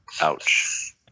ouch